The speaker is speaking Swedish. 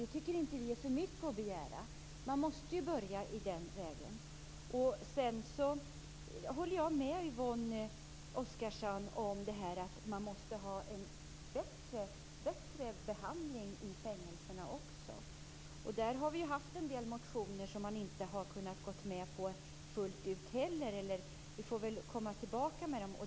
Vi tycker inte att det är att begära för mycket. Man måste börja på den vägen. Jag håller med Yvonne Oscarsson om att det måste vara en bättre behandling i fängelserna också. Vi har väckt en del motioner som man inte har kunnat gå med på fullt ut, så vi får väl komma tillbaka med dem.